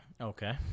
Okay